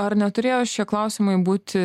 ar neturėjo šie klausimai būti